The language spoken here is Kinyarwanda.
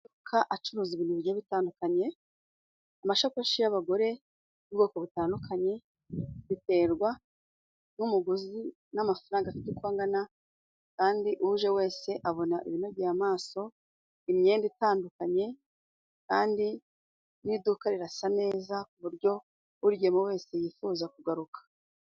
Amaduka acuruza ibintu bigiye bitandukanye, amashakoshi y'abagore y'ubwoko butandukanye biterwa n'umuguzi n'amafaranga afite uko angana kandi uje wese abona binogeye amaso imyenda itandukanye kandi n'iduka rirasa neza kuburyo burirya wese yifuza kugaruka.